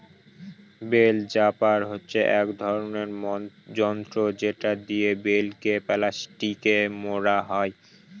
bell wrapper হচ্ছে এক রকমের যন্ত্র যেটা দিয়ে বেল কে প্লাস্টিকে মোড়া হয়